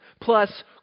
plus